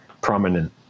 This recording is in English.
prominent